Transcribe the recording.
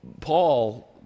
Paul